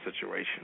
situation